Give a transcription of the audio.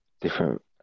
different